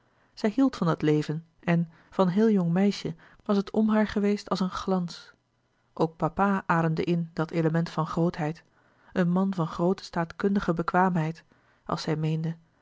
zij hield van dat leven en van heel jong meisje was het om haar geweest als een glans ook papa ademde in dat element van grootheid een man van groote staatkundige bekwaamheid als zij meende